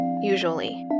usually